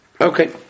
okay